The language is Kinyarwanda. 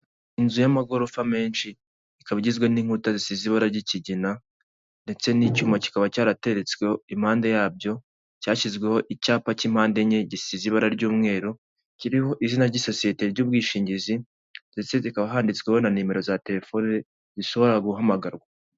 Inzu y'amagorofa menshi ikaba igizwe n'inkuta zisize ibara ry'ikigina ndetse n'icyuma kikaba cyarateretsweho impande yabyo, cyashyizweho icyapa cy'impande enye gisize ibara ry'umweru, kiriho izina ry'isosiyete ry'ubwishingizi ndetse kikaba handitsweho na nimero za telefone zishobora guhamagarwa.